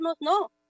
No